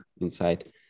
inside